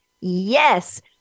Yes